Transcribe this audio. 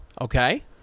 Okay